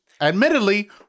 admittedly